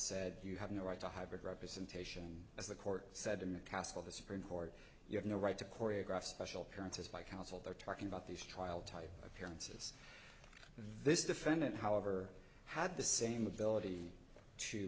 said you have no right to hybrid representation as the court said to mccaskill the supreme court you have no right to choreograph special parents as my counsel there talking about these trial type appearances this defendant however had the same ability to